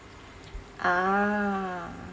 ah